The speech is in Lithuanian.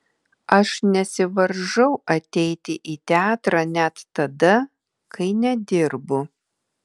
aš nesivaržau ateiti į teatrą net tada kai nedirbu